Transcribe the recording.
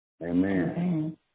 Amen